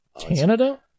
Canada